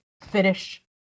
finish